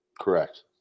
Correct